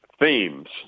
themes